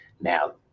Now